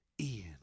Ian